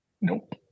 Nope